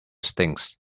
stings